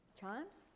chimes